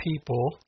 people